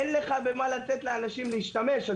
אין לך במה לתת לאנשים להשתמש.